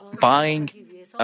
buying